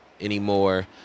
anymore